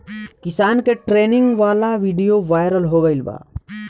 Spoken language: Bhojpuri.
किसान के ट्रेनिंग वाला विडीओ वायरल हो गईल बा